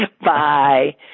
Bye